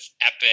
epic